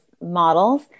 models